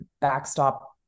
backstop